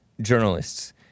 journalists